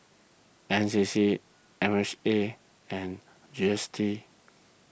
N C C M H A and G S T